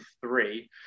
three